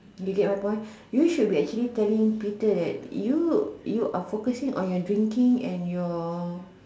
you get my point you should be actually be telling Peter that you you are focusing on your drinking and your